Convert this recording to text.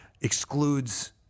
excludes